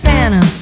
Santa